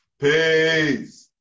Peace